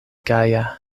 gaja